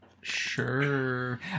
Sure